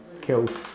killed